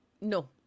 No